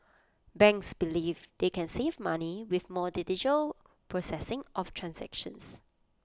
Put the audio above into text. banks believe they can save money with more digital processing of transactions